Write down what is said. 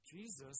Jesus